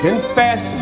Confess